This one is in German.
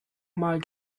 mal